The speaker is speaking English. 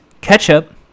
ketchup